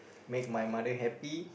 make my mother happy